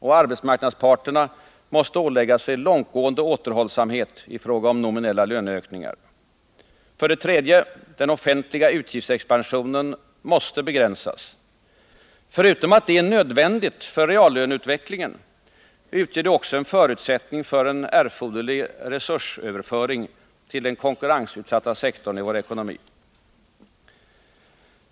Arbetsmarknadsparterna måste ålägga sig långtgående återhållsamhet i fråga om nominella löneökningar. 3. Den offentliga utgiftsexpansionen måste begränsas. Förutom att detta är nödvändigt för reallöneutvecklingen utgör det en förutsättning för en erforderlig resursöverföring till den konkurrensutsatta sektorn i vår ekonomi.